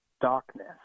darkness